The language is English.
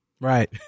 Right